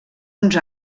uns